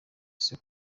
ese